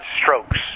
strokes